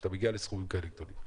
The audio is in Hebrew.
כשאתה מגיע לסכומים כאלה גדולים.